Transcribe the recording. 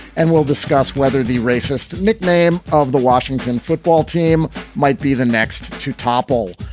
and we'll discuss whether the racist nickname of the washington football team might be the next to topple.